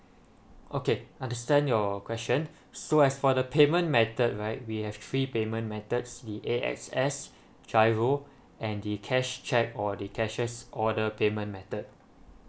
okay understand your question so as for the payment method right we have three payment methods the A_X_S GIRO and the cash cheque or the cashier's order payment method